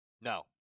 No